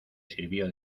sirvió